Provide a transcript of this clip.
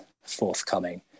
forthcoming